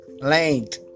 Length